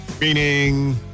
Meaning